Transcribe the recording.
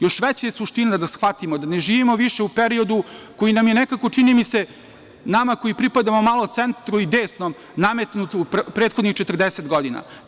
Još veća je suština da shvatimo da ne živimo više u periodu koji nam je nekako, čini mi se, nama koji pripadamo malo centru i desnom nametnut u prethodnih 40 godina.